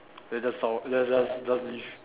then just zao then just just leave